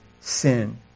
sin